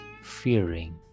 fearing